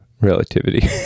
relativity